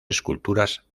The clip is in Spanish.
esculturas